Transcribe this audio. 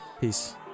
peace